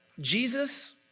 Jesus